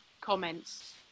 comments